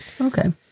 Okay